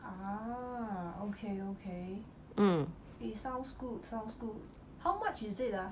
ah okay okay um it sounds good sounds good how much is it ah